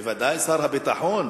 בוודאי שר הביטחון,